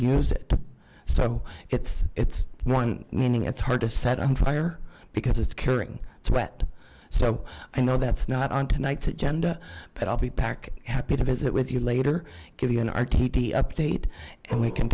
use it so it's it's one ending it's hard to set on fire because it's killing it's wet so i know that's not on tonight's agenda but i'll be back happy to visit with you later give you an r p g update and we can